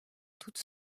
toute